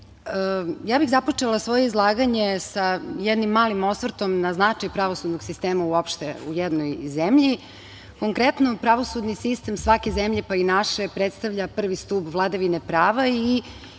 ja bih započela svoje izlaganje sa jednim malim osvrtom na značaj pravosudnog sistema uopšte u jednoj zemlji. Konkretno, pravosudni sistem svake zemlje, pa i naše, predstavlja prvi stub vladavine prava i